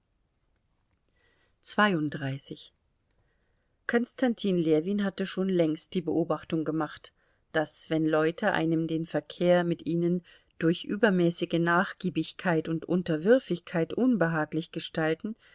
konstantin ljewin hatte schon längst die beobachtung gemacht daß wenn leute einem den verkehr mit ihnen durch übermäßige nachgiebigkeit und unterwürfigkeit unbehaglich gestalten